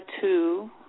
two